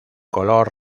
color